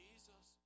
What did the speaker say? Jesus